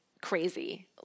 crazy